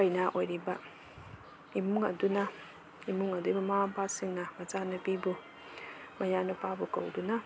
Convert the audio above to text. ꯀꯩꯅꯥ ꯑꯣꯏꯔꯤꯕ ꯏꯃꯨꯡ ꯑꯗꯨꯅ ꯏꯃꯨꯡ ꯑꯗꯨꯏ ꯃꯃꯥ ꯃꯄꯥꯁꯤꯡꯅ ꯃꯆꯥ ꯅꯨꯄꯤꯕꯨ ꯃꯌꯥ ꯅꯨꯄꯥꯕꯨ ꯀꯧꯗꯨꯅ